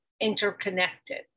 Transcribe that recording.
interconnected